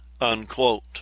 Unquote